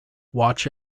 watch